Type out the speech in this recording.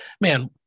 man